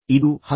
ಇದು 10